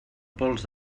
pols